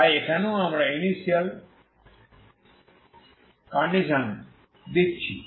তাই এখানেও আমরা ইনিশিয়াল কন্ডিশনস দিচ্ছি